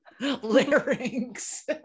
Larynx